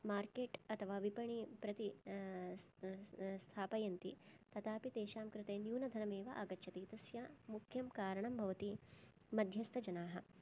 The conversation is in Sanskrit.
मार्केट् अथवा विपणीं प्रति स्थापयन्ति तथापि तेषां कृते न्यूनधनमेव आगच्छति तस्य मुख्यं कारणं भवति मध्यस्तजनाः